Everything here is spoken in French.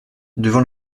devant